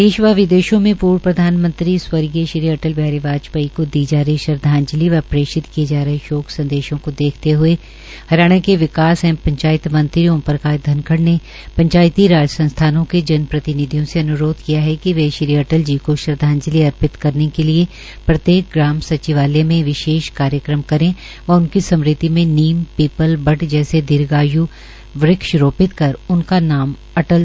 देश व विदेशों में पूर्व प्रधानमंत्री स्वर्गीय श्री अटल बिहारी वाजपेयी को दी जा रही श्रद्वांजलि व प्रेषित किये जा रहे शोक संदेशों को देखते हए हरियाणा के विकास एवं पंचायत मंत्री श्री ओम प्रकाश धनखड़ ने पंचायती राज संस्थानों के जन प्रतिनिधियों से अन्रोध किया है कि वे श्री अटल जी को श्रद्वांजलि अर्पित करने के लिए प्रत्येक ग्राम सिचवालय में विशेष कार्यक्रम करें व उनकी स्मृति में नीम पीपल बड़ जैसे दीर्घाय् वक्ष रोपित कर उनका नाम अटल स्मृति वक्ष रखें